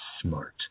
smart